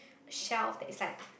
shelf that is like